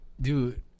Dude